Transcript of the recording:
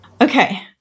Okay